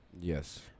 Yes